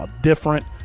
Different